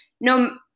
no